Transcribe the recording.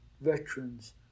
veterans